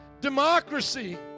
democracy